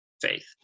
faith